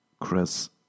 Chris